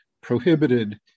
prohibited